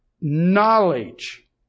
knowledge